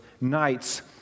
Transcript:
nights